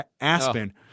Aspen